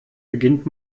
beginnt